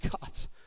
God's